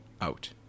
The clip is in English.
out